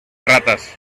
ratas